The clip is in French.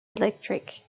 electric